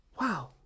Wow